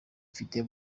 mfite